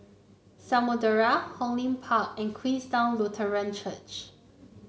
Samudera Hong Lim Park and Queenstown Lutheran Church